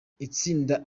itsinda